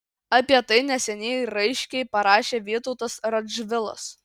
apie tai neseniai raiškiai parašė vytautas radžvilas